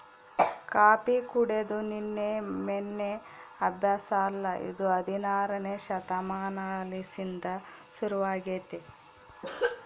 coffee ಕುಡೆದು ನಿನ್ನೆ ಮೆನ್ನೆ ಅಭ್ಯಾಸ ಅಲ್ಲ ಇದು ಹದಿನಾರನೇ ಶತಮಾನಲಿಸಿಂದ ಶುರುವಾಗೆತೆ